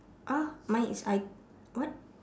!huh! mine is I what